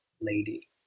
lady